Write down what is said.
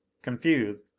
confused,